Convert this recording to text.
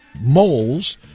moles